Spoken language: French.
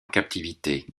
captivité